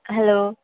hello